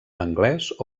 anglès